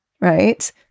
right